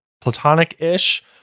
platonic-ish